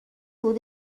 حدود